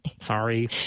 Sorry